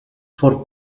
for